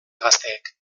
gazteek